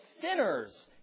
sinners